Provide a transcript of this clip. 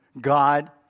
God